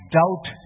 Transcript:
doubt